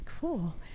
Cool